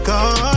God